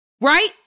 right